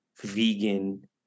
vegan